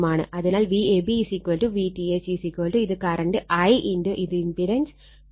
അതിനാൽ VAB VTH ഇത് current I × ഇത് ഇമ്പിടൻസ് 2 0 Ω